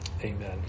Amen